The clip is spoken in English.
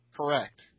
Correct